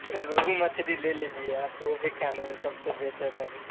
रोहू मछली ले लीजिए आप वो भी खाने में सबसे बेटर लगे